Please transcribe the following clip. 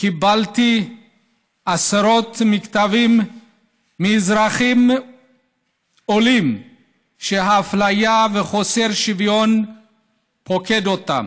קיבלתי עשרות מכתבים מאזרחים עולים שאפליה וחוסר שוויון פוקדים אותם.